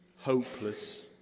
hopeless